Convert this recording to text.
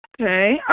Okay